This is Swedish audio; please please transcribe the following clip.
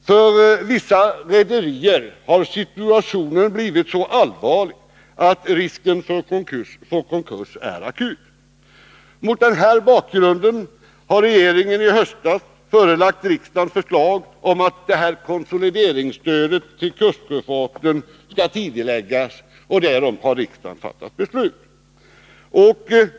För vissa rederier har situationen blivit så allvarlig att risken för konkurs är akut. Mot denna bakgrund förelade regeringen i höstas riksdagen förslag om att det här konsolideringsstödet till kustsjöfarten skall tidigareläggas, och härom har riksdagen fattat beslut.